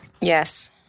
Yes